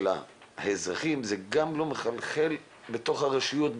האזרחים זה גם לא מחלחל לתוך הרשויות,